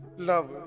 love